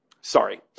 Sorry